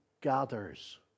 gathers